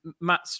Matt